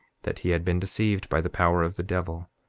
that he had been deceived by the power of the devil.